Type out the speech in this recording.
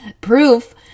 proof